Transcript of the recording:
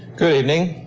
good evening.